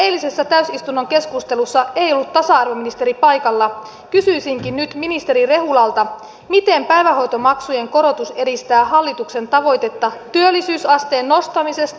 koska eilisessä täysistunnon keskustelussa ei ollut tasa arvoministeri paikalla kysyisinkin nyt ministeri rehulalta miten päivähoitomaksujen korotus edistää hallituksen tavoitetta työllisyysasteen nostamisesta